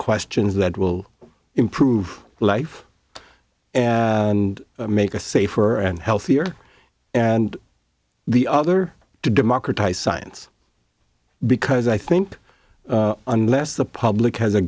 questions that will improve life and make us safer and healthier and the other to democratize science because i think unless the public has a